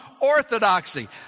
orthodoxy